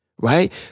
Right